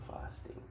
fasting